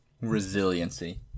resiliency